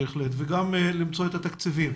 בהחלט, וגם למצוא את התקציבים.